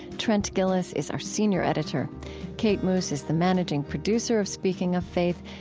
trent gilliss is our senior editor kate moos is the managing producer of speaking of faith.